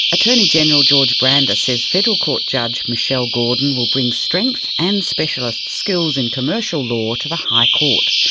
attorney general george brandis says federal court judge michelle gordon will bring strength and specialist skills in commercial law to the high court.